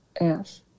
Yes